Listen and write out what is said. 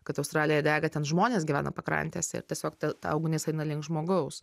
kad australija dega ten žmonės gyvena pakrantėse ir tiesiog ta ugnis eina link žmogaus